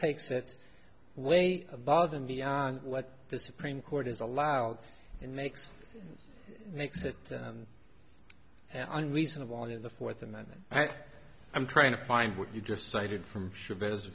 takes that way above and beyond what the supreme court has allowed and makes makes it and reasonable in the fourth amendment i'm trying to find what you just cited from chavez